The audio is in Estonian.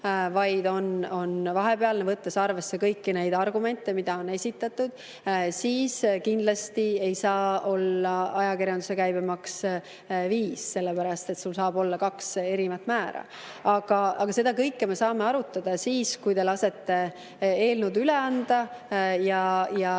vaid on vahepealne, võttes arvesse kõiki neid argumente, mida on esitatud, siis kindlasti ei saa olla ajakirjanduse käibemaks 5%, sellepärast et saab olla kaks erinevat määra. Aga seda kõike me saame arutada siis, kui te lasete eelnõud üle anda.